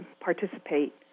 participate